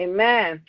Amen